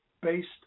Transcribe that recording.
based